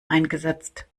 eingesetzt